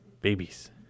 babies